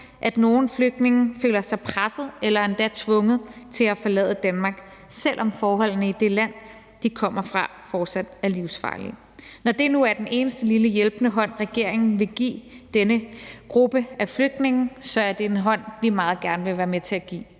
at nogle flygtninge føler sig presset eller endda tvunget til at forlade Danmark, selv om forholdene i det land, de kommer fra, fortsat er livsfarlige. Når det nu er den eneste lille hjælpende hånd, regeringen vil give denne gruppe af flygtninge, så er det en hånd, vi i Enhedslisten meget gerne vil være med til at give.